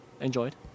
Enjoyed